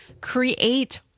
Create